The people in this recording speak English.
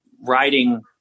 writing